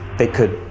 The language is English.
they could,